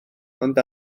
ond